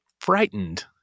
frightened